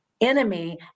enemy